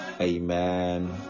amen